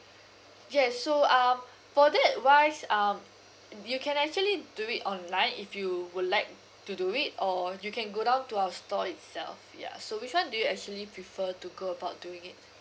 yes so um for that wise um uh you can actually do it online if you would like to do it or you can go down to our store itself ya so which one do you actually prefer to go about doing it